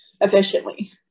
efficiently